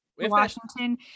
Washington